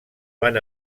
van